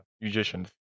musicians